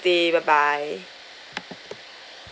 day bye bye